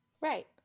Right